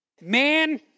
Man